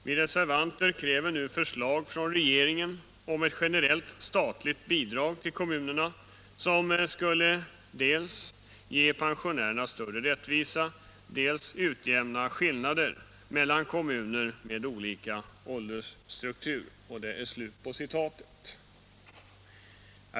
Vi reservanter kräver nu förslag från regeringen om ett generellt statligt bidrag till kommunerna, som skulle dels ge pensionärerna större rättvisa, dels utjämna skillnader mellan kommuner med olika åldersstruktur.” Herr talman!